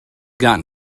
gotten